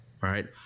Right